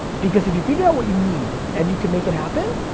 because if you figure out what you need, and you can make it happen,